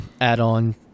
add-on